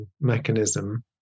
mechanism